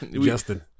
Justin